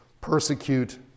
persecute